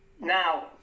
now